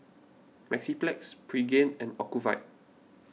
Mepilex Pregain and Ocuvite